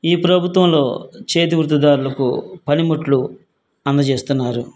ఈ ప్రభుత్వంలో చేతి వృత్తిదారులకు పనిముట్లు అందజేస్తున్నారు